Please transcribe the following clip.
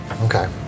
Okay